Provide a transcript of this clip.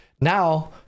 now